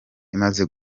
imaze